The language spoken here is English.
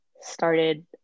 started